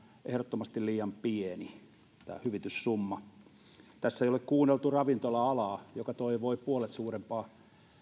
ehdottomasti liian pieni tässä ei ole kuunneltu ravintola alaa joka toivoi puolet suurempaa